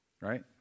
right